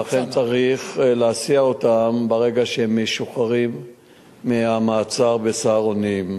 ולכן צריך להסיע אותם ברגע שהם משוחררים מהמעצר ב"סהרונים".